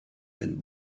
been